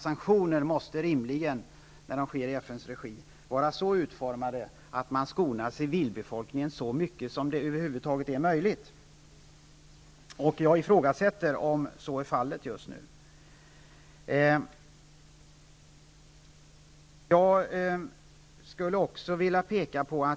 Sanktioner i FN:s regi skall rimligen vara så utformade att civilbefolkningen skonas så mycket som det över huvud taget är möjligt. Jag ifrågasätter om så är fallet just nu.